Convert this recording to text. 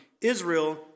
Israel